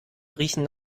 riechen